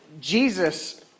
Jesus